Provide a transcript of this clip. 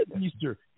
Easter